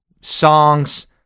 songs